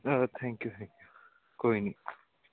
thank you thank you ਕੋਈ ਨਹੀਂ